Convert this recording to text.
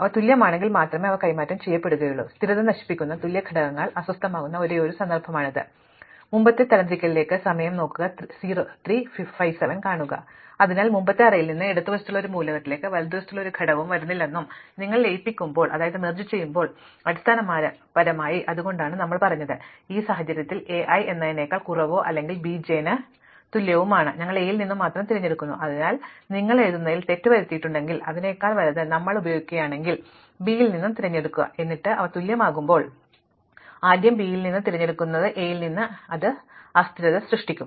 അവ തുല്യമാണെങ്കിൽ മാത്രമേ അവ കൈമാറ്റം ചെയ്യപ്പെടുകയുള്ളൂ സ്ഥിരത നശിപ്പിക്കപ്പെടുന്ന തുല്യ ഘടകങ്ങൾ അസ്വസ്ഥമാകുന്ന ഒരേയൊരു സന്ദർഭമാണിത് അതിനാൽ മുമ്പത്തെ അറേയിൽ നിന്ന് ഇടത് വശത്തുള്ള ഒരു മൂലകത്തിലേക്ക് വലതുവശത്തുള്ള ഒരു ഘടകവും വരുന്നില്ലെന്നും നിങ്ങൾ ലയിപ്പിക്കുമ്പോൾ അടിസ്ഥാനപരമായി അതുകൊണ്ടാണ് ഞങ്ങൾ പറഞ്ഞത് ഈ സാഹചര്യത്തിൽ A i എന്നതിനേക്കാൾ കുറവോ അല്ലെങ്കിൽ B j ന് തുല്യമാണ് ഞങ്ങൾ A യിൽ നിന്നും മാത്രം തിരഞ്ഞെടുക്കുന്നു അതിനാൽ നിങ്ങൾ എഴുതുന്നതിൽ തെറ്റ് വരുത്തിയിട്ടുണ്ടെങ്കിൽ അതിനേക്കാൾ വലുത് ഞങ്ങൾ ഉപയോഗിക്കുകയാണെങ്കിൽ B യിൽ നിന്നും തിരഞ്ഞെടുക്കുക എന്നിട്ട് അവ തുല്യമാകുമ്പോൾ ഞങ്ങൾ ആദ്യം B യിൽ നിന്നും തിരഞ്ഞെടുക്കുന്നു എയിൽ നിന്ന് അത് അസ്ഥിരത സൃഷ്ടിക്കും